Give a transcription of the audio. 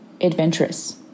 adventurous